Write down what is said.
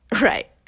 Right